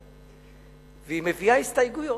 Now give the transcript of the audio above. והיא מביאה הסתייגויות.